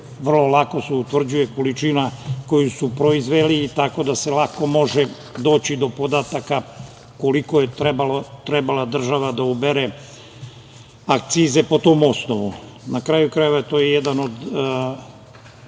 vrlo lako utvrđuje količina koju su proizveli, tako da se lako može doći do podataka koliko je trebala država da ubere akcize po tom osnovu. Na kraju krajeva, to je jedan od